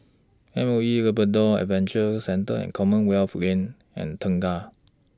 M O E Labrador Adventure Centre and Commonwealth Lane and Tengah